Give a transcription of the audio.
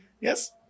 yes